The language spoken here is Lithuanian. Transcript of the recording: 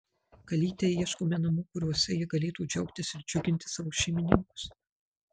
kalytei ieškome namų kuriuose ji galėtų džiaugtis ir džiuginti savo šeimininkus